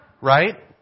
right